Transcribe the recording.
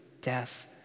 death